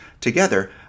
Together